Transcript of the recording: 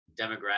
demographic